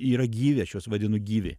yra gyvi aš juos vadinu gyvi